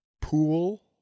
pool